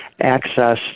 access